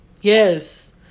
Yes